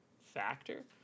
factor